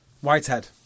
Whitehead